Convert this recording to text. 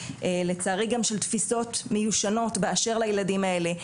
לצערי גם של תפיסות מיושנות באשר לילדים האלה,